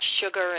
sugar